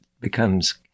becomes